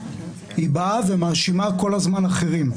היא באה ומאשימה כל הזמן אחרים.